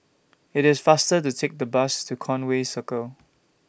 IT IS faster to Take The Bus to Conway Circle